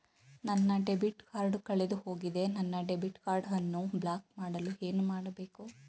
ನನ್ನ debit card ಕಳೆದುಹೋಗಿದೆ ನನ್ನ ಡೆಬಿಟ್ ಕಾರ್ಡ್ ಅನ್ನು ಬ್ಲಾಕ್ ಮಾಡಲು ಏನು ಮಾಡಬೇಕು?